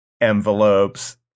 envelopes